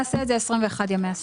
נעשה את זה 21 ימי עסקים.